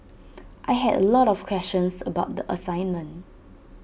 I had A lot of questions about the assignment